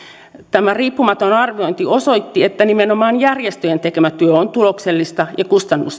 tämä riippumaton arviointi osoitti että nimenomaan järjestöjen tekemä työ on tuloksellista ja